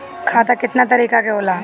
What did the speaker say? खाता केतना तरीका के होला?